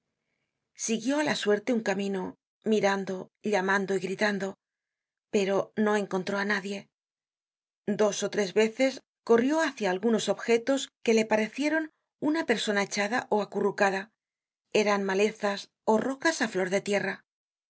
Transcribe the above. siguió á la suerte un camino mirando llamando y gritando pero no encontró á nadie dos ó tres veces corrió hácia algunos objetos que le parecieron una persona echada ó acurrucada eran malezas ó rocas á flor de tierra